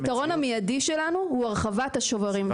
הפתרון המיידי שלנו הוא הרחבת השוברים.